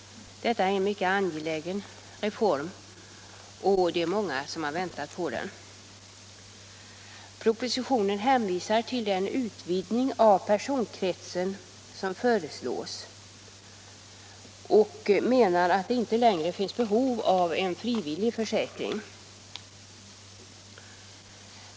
Detta är en mycket angelägen reform, och det är många som har väntat på den. I propositionen hänvisar man till den utvidgning av personkretsen som föreslås och menar att det inte längre finns behov av frivillig försäkring.